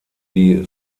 die